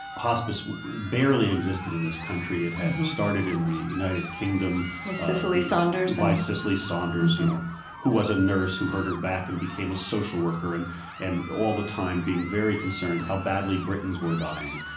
hospice barely existed in this country. it had started in the united kingdom by cicely saunders by cicely saunders you know who was a nurse who hurt her back and became a social worker and and all the time being very concerned how badly britains were dying.